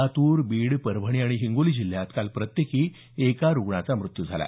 लातूर बीड परभणी आणि हिंगोली जिल्ह्यात काल प्रत्येकी एका रुग्णाचा मृत्यू झाला